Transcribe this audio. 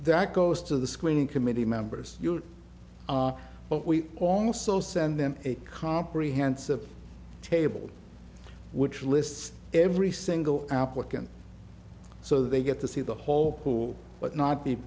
that goes to the screening committee members but we also send them a comprehensive table which lists every single applicant so they get to see the whole pool but not be